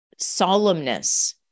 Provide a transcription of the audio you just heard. solemnness